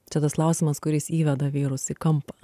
čia tas klausimas kuris įveda vyrus į kampą